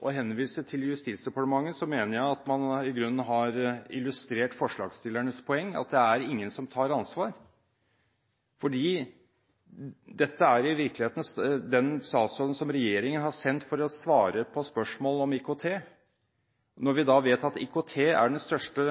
og henvise til Justisdepartementet, mener jeg at man i grunnen har illustrert forslagsstillernes poeng, at det er ingen som tar ansvar. Dette er i virkeligheten den statsråden som regjeringen har sendt for å svare på spørsmål om IKT. Vi vet at IKT er den største